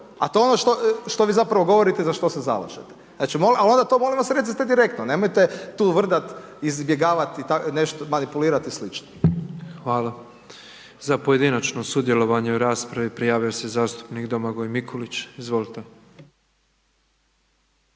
A to je ono što vi zapravo govorite i za što se zalažete. Ali onda to molim vas recite direktno, nemojte tu vrdat, izbjegavati nešto, manipulirati i slično. **Petrov, Božo (MOST)** Hvala. Za pojedinačno sudjelovanje u raspravi prijavio se zastupnik Domagoj Mikulić. Izvolite.